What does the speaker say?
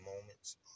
moments